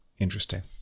interesting